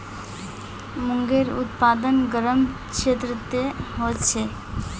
मूंगेर उत्पादन गरम क्षेत्रत ह छेक